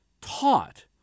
taught